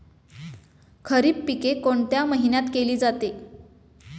खरीप पिके कोणत्या महिन्यात केली जाते?